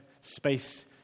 space